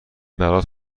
برات